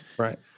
Right